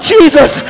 Jesus